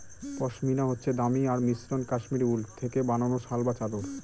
পশমিনা হচ্ছে দামি আর মসৃণ কাশ্মীরি উল থেকে বানানো শাল বা চাদর